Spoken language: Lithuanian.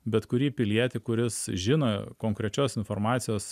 bet kurį pilietį kuris žino konkrečios informacijos